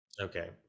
okay